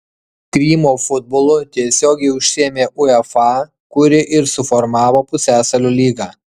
krymo futbolu tiesiogiai užsiėmė uefa kuri ir suformavo pusiasalio lygą